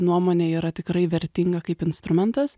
nuomone yra tikrai vertinga kaip instrumentas